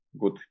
good